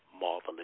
marvelous